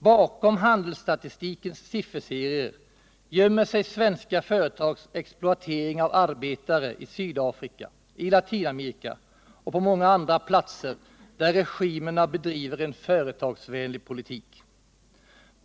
Bakom handelsstatistikens sifferserier gömmer sig svenska företags exploatering av arbetare i Sydafrika, i Latinamerika och på många andra platser där regimerna bedriver en ”företagsvänlig politik”.